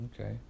Okay